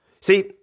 See